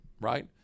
right